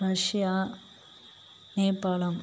Russia Nepal